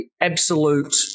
absolute